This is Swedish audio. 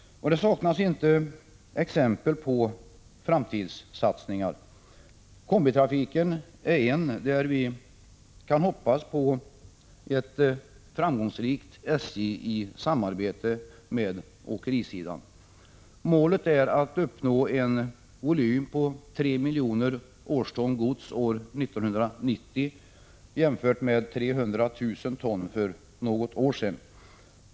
Det saknas inte exempel på framtidssatsningar. Kombitrafiken är ett exempel, där vi kan hoppas på ett framgångsrikt SJ i samarbete med åkerisidan. Målet är att uppnå en volym på 3 miljoner årston gods 1990, jämfört med 300 000 ton för något år sedan.